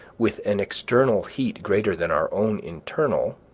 with an external heat greater than our own internal,